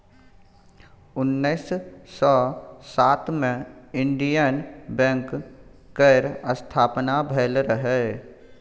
उन्नैस सय सात मे इंडियन बैंक केर स्थापना भेल रहय